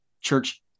church